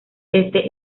este